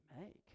make